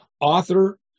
author